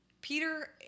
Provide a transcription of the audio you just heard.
Peter